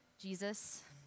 Jesus